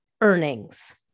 earnings